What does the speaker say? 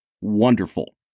wonderful